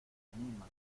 anima